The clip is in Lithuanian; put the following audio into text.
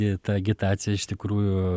jei ta agitacija iš tikrųjų